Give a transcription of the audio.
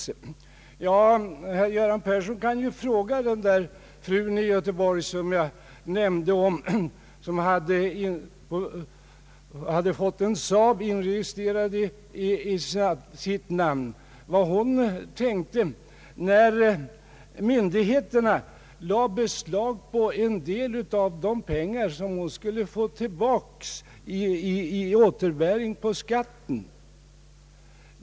Herr Göran Karlsson kan ju fråga den fru i Göteborg som jag nämnde, som hade fått en Saab inregistrerad i sitt namn, om vad hon tänkte när myndigheterna lade beslag på en del av de pengar som hon skulle få i återbäring på skatten.